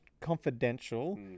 confidential